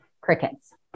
Crickets